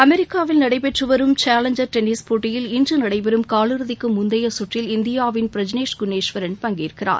அமெரிக்காவில் நடைபெற்று வரும் சேலஞ்சர் டென்னிஸ் போட்டியில் இன்று நடைபெறும் கால் இறுதிக்கு முந்தைய கற்றில் இந்தியாவின் ப்ராணேஷ் குணேஸ்வரன் பங்கேற்கிறார்